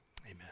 Amen